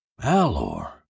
Alor